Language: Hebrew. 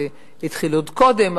זה התחיל עוד קודם,